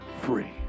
free